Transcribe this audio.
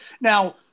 Now